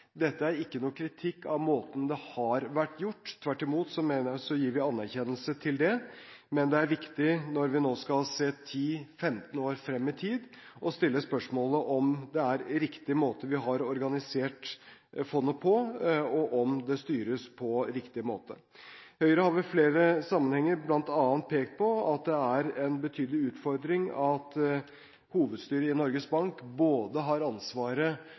Dette er ikke noen kritikk av måten det har vært gjort – tvert imot gir vi anerkjennelse til det. Men det er viktig når vi nå skal se 10–15 år frem i tid å stille spørsmålet: Er det riktig måte vi har organisert fondet på, og styres det på riktig måte? Høyre har i flere sammenhenger pekt på at det bl.a. er en betydelig utfordring at hovedstyret i Norges Bank har ansvaret